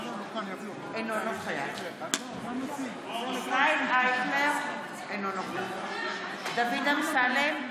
אינו נוכח ישראל אייכלר, אינו נוכח דוד אמסלם,